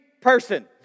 person